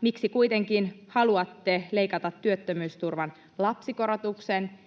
miksi kuitenkin haluatte leikata työttömyysturvan lapsikorotuksen